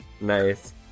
Nice